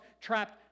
trapped